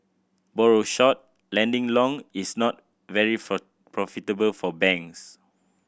borrow short lending long is not very profitable for banks